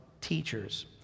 teachers